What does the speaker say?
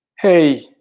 Hey